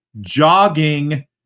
jogging